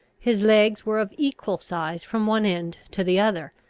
his legs were of equal size from one end to the other,